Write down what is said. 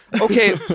Okay